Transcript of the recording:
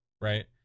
Right